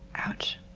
ouch.